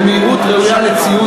במהירות ראויה לציון,